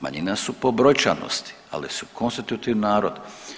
Manjina su po brojčanosti, ali su konstitutivan narod.